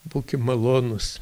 būkim malonūs